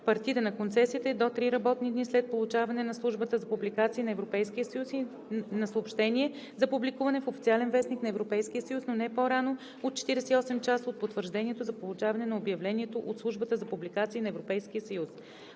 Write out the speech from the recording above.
партида на концесията е до три работни дни след получаване от Службата за публикации на Европейския съюз на съобщение за публикуване в „Официален вестник“ на Европейския съюз, но не по-рано от 48 часа от потвърждението за получаване на обявлението от Службата за публикации на